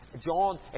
John